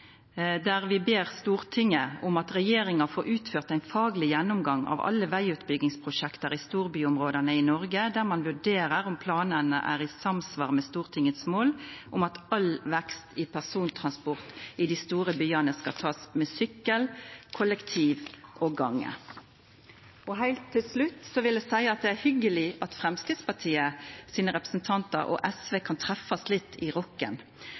om at regjeringen får utført en faglig gjennomgang av alle veiutbyggingsprosjekter i storbyområdene i Norge der man vurderer om planene er i samsvar med Stortingets mål om at all vekst i persontransport i de store byene skal tas med sykkel, kollektiv og gange.» Heilt til slutt vil eg seia at det er hyggeleg at Framstegspartiet sine representantar og SV kan treffast litt i